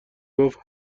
گفت